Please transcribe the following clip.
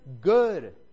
good